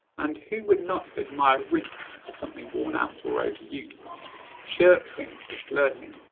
and who would not admire rinsed for something worn out or overused chirpsing for flirting,